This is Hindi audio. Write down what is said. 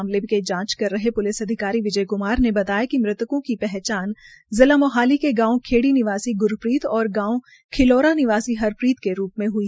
मामले में जांच कर रहे पुलिस अधिकारी विजय क्मार ने बताया कि मृतकों की पहचान जिला मोहाली के गांव खेड़ी निवासी ग्रप्रीत व गांव खिलोरा निवासी हरप्रीत के रूप में हुई